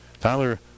Tyler